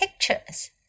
pictures